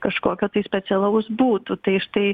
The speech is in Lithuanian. kažkokio tai specialaus būtų tai štai